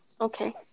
Okay